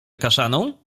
kaszaną